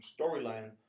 storyline